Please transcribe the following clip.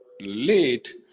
late